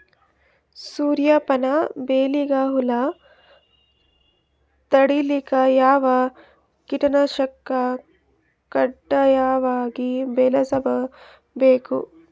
ಸೂರ್ಯಪಾನ ಬೆಳಿಗ ಹುಳ ತಡಿಲಿಕ ಯಾವ ಕೀಟನಾಶಕ ಕಡ್ಡಾಯವಾಗಿ ಬಳಸಬೇಕು?